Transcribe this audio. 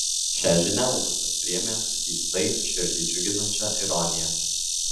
šią žinią augustas priėmė su keistai širdį džiuginančia ironija